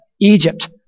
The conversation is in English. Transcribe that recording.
egypt